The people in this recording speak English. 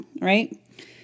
right